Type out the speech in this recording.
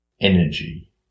Energy